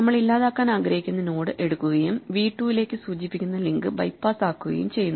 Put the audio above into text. നമ്മൾ ഇല്ലാതാക്കാൻ ആഗ്രഹിക്കുന്ന നോഡ് എടുക്കുകയും v 2 ലേക്ക് സൂചിപ്പിക്കുന്ന ലിങ്ക് ബൈപാസ് ആക്കുകയും ചെയ്യുന്നു